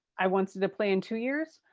i once did a play in two years.